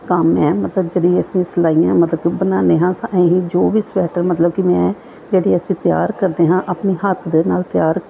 ਕੰਮ ਹੈ ਮਤਲਬ ਜਿਹੜੀ ਅਸੀਂ ਸਿਲਾਈਆਂ ਮਤਲਬ ਕਿ ਬਣਾਉਂਦੇ ਹਾਂ ਅਸੀਂ ਜੋ ਵੀ ਸਵੈਟਰ ਮਤਲਬ ਕਿ ਮੈਂ ਜਿਹੜੀ ਅਸੀਂ ਤਿਆਰ ਕਰਦੇ ਹਾਂ ਆਪਣੀ ਹੱਥ ਦੇ ਨਾਲ ਤਿਆਰ